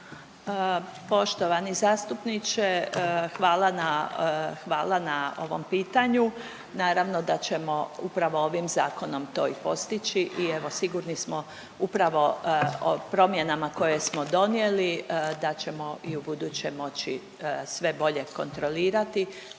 Poštovani zastupniče hvala na ovom pitanju. Naravno da ćemo upravo ovim zakonom to i postići i evo sigurni smo upravo promjenama koje smo donijeli da ćemo i ubuduće moći sve bolje kontrolirati